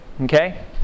okay